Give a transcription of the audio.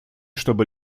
чтобы